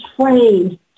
trained